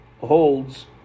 holds